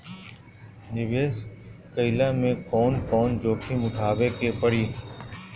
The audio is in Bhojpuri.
निवेस कईला मे कउन कउन जोखिम उठावे के परि?